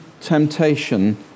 temptation